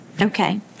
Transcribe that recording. Okay